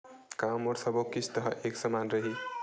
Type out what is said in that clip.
का मोर सबो किस्त ह एक समान रहि?